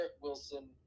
Wilson